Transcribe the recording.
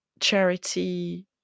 charity